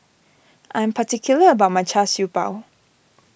I am particular about my Char Siew Bao